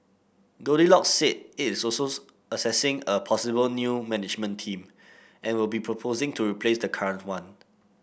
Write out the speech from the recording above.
Goldilocks said it is also assessing a possible new management team and will be proposing to replace the current one